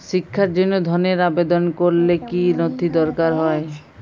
শিক্ষার জন্য ধনের আবেদন করলে কী নথি দরকার হয়?